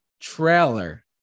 trailer